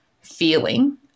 feeling